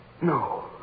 No